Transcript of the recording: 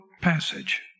passage